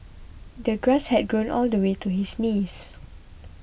the grass had grown all the way to his knees